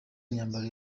imyambaro